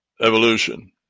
evolution